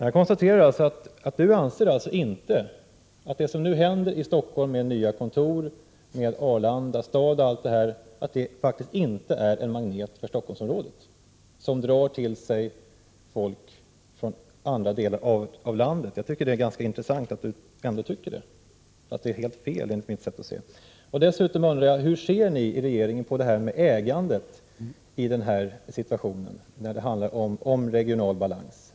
Herr talman! Jag konstaterar att arbetsmarknadsministern inte anser att det som nu händer i Stockholmsområdet — nya kontor, Arlanda stad och allt detta — är en magnet som drar till sig folk från andra delar av landet. Jag Prot. 1988/89:9 tycker att det är ganska intressant att arbetsmarknadsministern har den 13 oktober 1988 uppfattningen, eftersom den är helt felaktig enligt mitt sätt att se. AR RE re Re SE Hur ser ni i regeringen på ägandet i den här situationen?